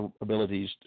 abilities